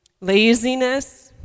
laziness